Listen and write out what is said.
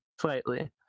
Slightly